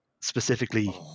specifically